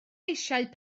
eisiau